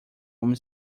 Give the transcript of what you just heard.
homem